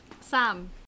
sam